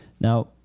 now